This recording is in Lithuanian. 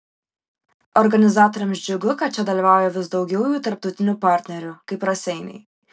organizatoriams džiugu kad čia dalyvauja vis daugiau jų tarptautinių partnerių kaip raseiniai